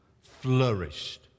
flourished